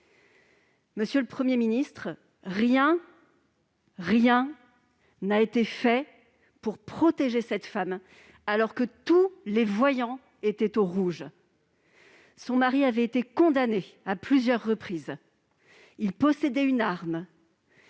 Monsieur le Premier ministre, rien n'a été fait pour protéger cette femme, alors que tous les voyants étaient au rouge. Son mari avait été condamné à plusieurs reprises. Il possédait une arme.